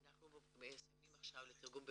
אנחנו מסיימים עכשיו תרגום ברוסית,